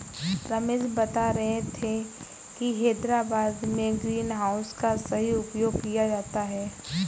रमेश बता रहे थे कि हैदराबाद में ग्रीन हाउस का सही उपयोग किया जाता है